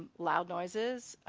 loud noises,